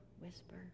whisper